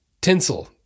tinsel